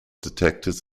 detectors